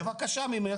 בבקשה ממך,